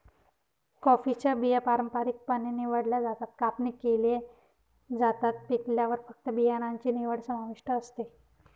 कॉफीच्या बिया पारंपारिकपणे निवडल्या जातात, कापणी केल्या जातात, पिकल्यावर फक्त बियाणांची निवड समाविष्ट असते